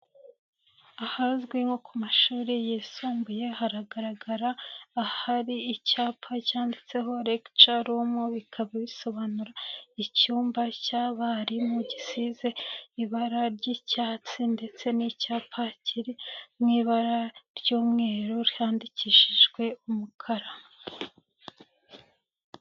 Ahazwi nko ku mashuri yisumbuye, hagaragara ahari icyapa cyanditseho recture room, bikaba bisobanura icyumba cy'abarimumu gisize ibara ry'icyatsi, ndetse n'icyapa kiri mu ibara ry'umweru handikishijwe umukara.